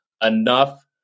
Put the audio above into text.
enough